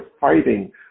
fighting